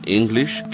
English